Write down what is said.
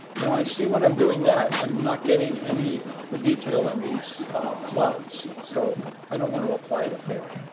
now, i see when i'm doing that, i'm not getting any detail in these clouds, so i don't want to apply it up there.